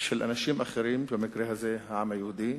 של אנשים אחרים, במקרה הזה העם היהודי,